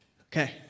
Okay